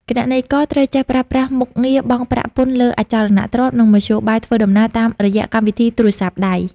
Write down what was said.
គណនេយ្យករត្រូវចេះប្រើប្រាស់មុខងារបង់ប្រាក់ពន្ធលើអចលនទ្រព្យ និងមធ្យោបាយធ្វើដំណើរតាមរយៈកម្មវិធីទូរស័ព្ទដៃ។